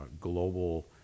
global